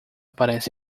parece